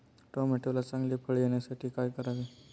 टोमॅटोला चांगले फळ येण्यासाठी काय करावे?